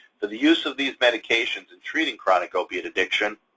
for the use of these medications in treating chronic opioid addiction,